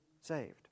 saved